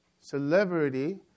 celebrity